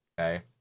Okay